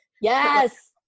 Yes